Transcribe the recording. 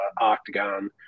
octagon